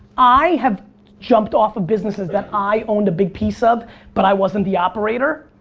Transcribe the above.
i have jumped off of businesses that i owned a big piece of but i wasn't the operator.